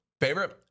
Favorite